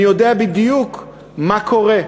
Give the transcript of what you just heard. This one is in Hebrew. אני יודע בדיוק מה קורה.